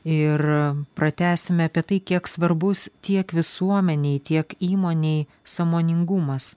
ir pratęsime apie tai kiek svarbus tiek visuomenei tiek įmonei sąmoningumas